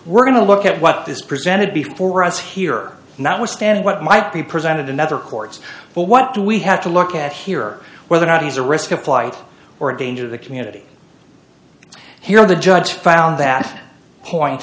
we're going to look at what this presented before us here notwithstanding what might be presented in other courts but what do we have to look at here whether or not he's a risk of flight or a danger to the community here the judge found that point